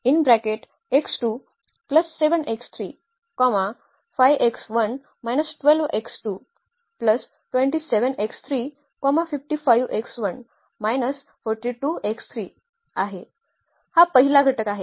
हा पहिला घटक आहे